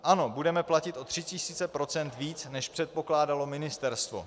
Ano, budeme platit o tři tisíce procent víc, než předpokládalo ministerstvo.